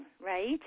right